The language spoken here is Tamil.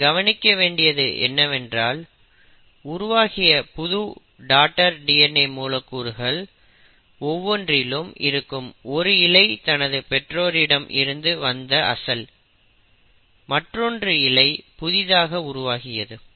இதில் கவனிக்கவேண்டியது என்னவென்றால் உருவாகிய புது டாடர் DNA மூலக்கூறுகள் ஒவ்வொன்றிலும் இருக்கும் ஒரு இழை தனது பெற்றோரிடம் இருந்து வந்த அசல் மற்றொன்று இழை புதிதாக உருவாகியது